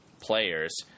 players